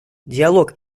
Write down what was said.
диалог